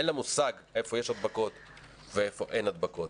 אין לה מושג איפה יש הדבקות ואיפה אין הדבקות.